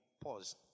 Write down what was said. Pause